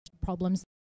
problems